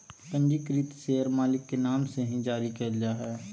पंजीकृत शेयर मालिक के नाम से ही जारी क़इल जा हइ